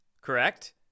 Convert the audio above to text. correct